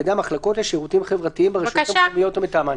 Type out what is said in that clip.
ידי המחלקות לשירותים חברתיים ברשויות המקומיות או מטעמן.